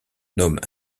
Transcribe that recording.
nomme